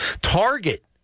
Target